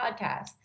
podcast